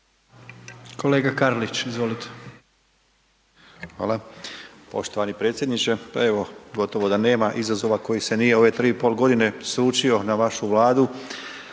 Kolega Karlić, izvolite.